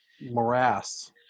morass